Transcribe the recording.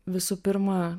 visų pirma